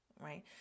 Right